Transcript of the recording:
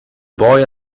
boy